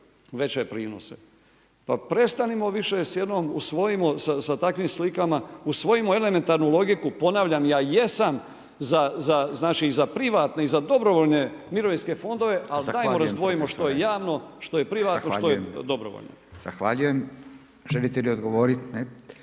veće prinose. Pa prestanimo više s jednom, usvojimo sa takvim slikama, usvojimo elementarnu logiku, ponavljam, ja jesam za privatne i za dobrovoljne mirovinske fondove ali dajmo razdvojimo što je javno, što je privatno, što je dobrovoljno. **Radin, Furio (Nezavisni)** Želite li odgovoriti? ne.